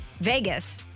Vegas